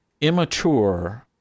immature